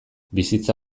bizitza